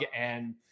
and-